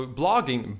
blogging